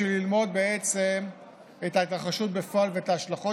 בשביל ללמוד את ההתרחשות בפועל ואת ההשלכות